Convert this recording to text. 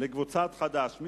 קבוצת חד"ש.